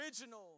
original